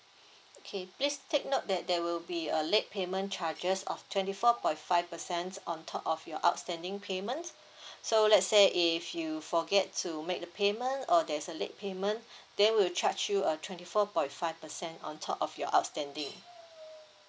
okay please take note that there will be a late payment charges of twenty four point five percent on top of your outstanding payments so let's say if you forget to make the payment or there's a late payment they will charge you a twenty four point five percent on top of your outstanding